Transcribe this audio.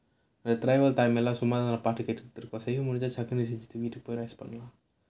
the travel time சும்மா பாட்டு கேட்டுட்டு:summaa paatu kettuttu